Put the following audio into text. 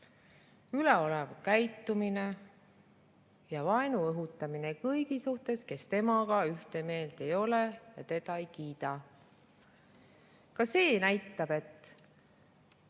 Üleolev käitumine ja vaenu õhutamine kõigi suhtes, kes temaga ühte meelt ei ole ja teda ei kiida. Ka see näitab, et